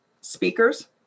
speakers